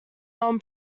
non